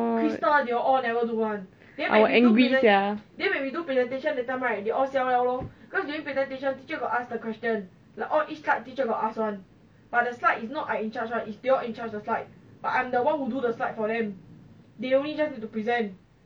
I will angry sia